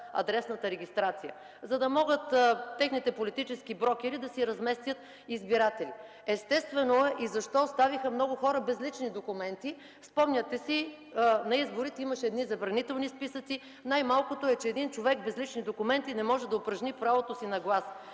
адресната регистрация – за да могат техните политически брокери да си разместят избиратели. Естествено е и защо оставиха много хора без лични документи. Спомнете си, на изборите имаше забранителни списъци. Най-малкото е, че един човек без лични документи не може да упражни правото си на глас.